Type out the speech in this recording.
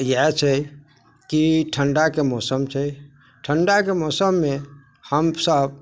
इएह छै कि ठण्डाके मौसम छै ठण्डाके मौसममे हमसभ